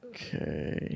Okay